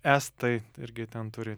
estai irgi ten turi